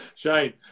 Shane